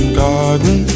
garden